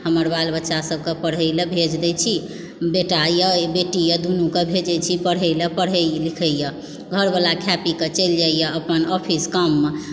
हमर बाल बच्चा सबके पढ़ै लए भेज दै छी बेटा यऽ बेटी यऽ दुनूके भेजै छी पढ़ै लए दुनू पढ़ैए लिखैए घरवला खा पी कऽ चलि जाइए ऑफिस अपन काममे